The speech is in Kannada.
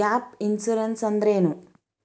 ಗ್ಯಾಪ್ ಇನ್ಸುರೆನ್ಸ್ ಅಂದ್ರೇನು?